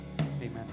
amen